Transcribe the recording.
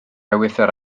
ewythr